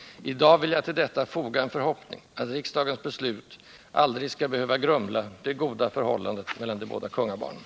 I dag vill jag till detta foga en förhoppning att riksdagens beslut aldrig skall behöva grumla det goda förhållandet mellan de båda kungabarnen.